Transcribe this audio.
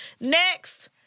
Next